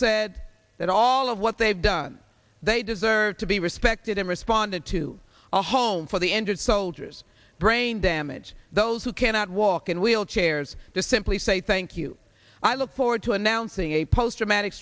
said that all of what they've done they deserve to be respected and responded to a home for the injured soldiers brain damage those who cannot walk in wheelchairs to simply say thank you i look forward to announcing a post traumatic